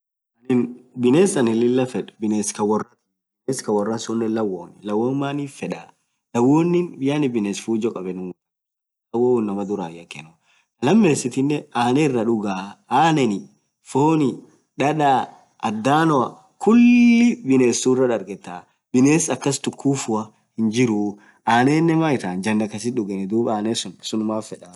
binness anin lilah feed biness ka worra suunen lawoon, lawoon maanif feeda lawonin binees fujo kabumuu, woyuu inamaraa hinyakuu.lamesitinen aneen iraa dugaa, aneeni, fooni, dadda, addanoa.kulii irra dargetaa binees akaas tukufuua hindargenuu, annenen jannah kassit dugenii.